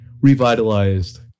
revitalized